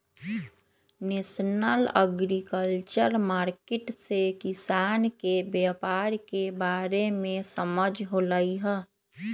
national agriculture market से किसान के व्यापार के बारे में समझ होलई ह